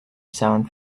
sound